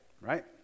right